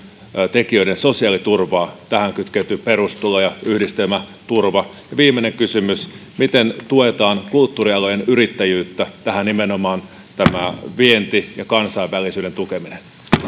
tekijöiden sosiaaliturvaa tähän kytkeytyy perustulo ja yhdistelmäturva ja viimeinen kysymys miten tuetaan kulttuurialojen yrittäjyyttä tähän liittyy nimenomaan vienti ja kansainvälisyyden tukeminen